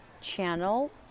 channel